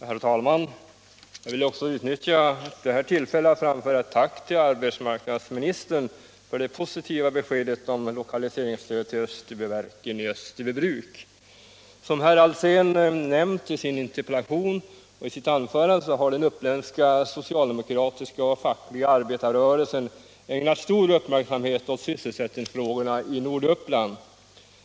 Herr talman! Jag vill också utnyttja det här tillfället att framföra ett tack till arbetsmarknadsministern för det positiva beskedet om lokaliseringsstöd till Österbyverken i Österbybruk. Som herr Alsén nämnt i sin interpellation och sitt anförande har den uppländska socialdemokratiska och fackliga arbetarrörelsen ägnat stor uppmärksamhet åt sysselsättningsfrågorna i Norduppland.